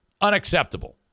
unacceptable